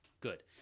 Good